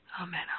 Amen